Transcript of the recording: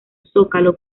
zócalo